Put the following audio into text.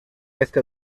este